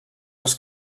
els